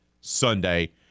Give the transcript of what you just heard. sunday